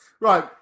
Right